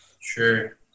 Sure